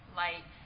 light